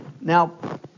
Now